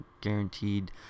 guaranteed